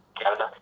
Canada